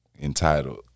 entitled